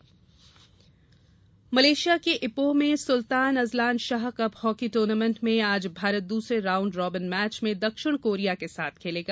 Azlan Shah hockey Malaysia के Ipoh में Sultan Azlan Shah cup hockey tournament में आज भारत दूसरे राउंड रॉबिन मैच में दक्षिण कोरिया के साथ खेलेगा